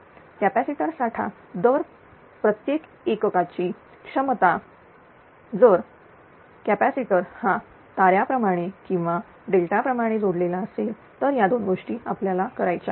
capacitor साठा दर प्रत्येक एककाची क्षमता जर कॅपॅसिटर हा ताऱ्याप्रमाणे किंवा डेल्टा प्रमाणे जोडलेला असेल या दोन गोष्टी आपल्याला करायच्या आहेत